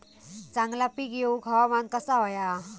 चांगला पीक येऊक हवामान कसा होया?